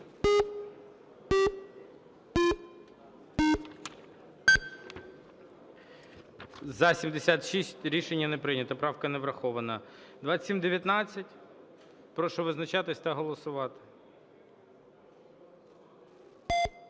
За-76 Рішення не прийнято. Правка не врахована. 2719, прошу визначатись та голосувати.